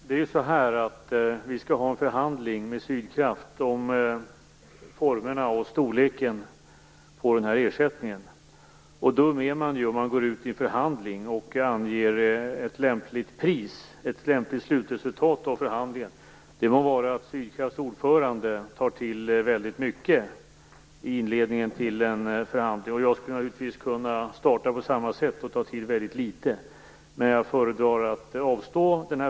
Fru talman! Vi skall förhandla med Sydkraft om formerna och storleken på ersättningen. Dum är man ju om man går ut i en förhandling och anger ett lämpligt pris, ett lämpligt slutresultat av förhandlingen. Det må vara att Sydkrafts ordförande tar till väldigt mycket i inledningen till en förhandling. Jag skulle naturligtvis kunna starta på samma sätt, men då ta till väldigt litet. Men jag föredrar att avstå.